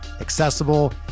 accessible